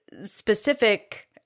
specific